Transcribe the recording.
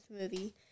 movie